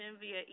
via